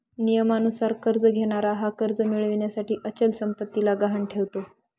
नियमानुसार कर्ज घेणारा हा कर्ज मिळविण्यासाठी अचल संपत्तीला गहाण ठेवतो